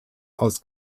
aus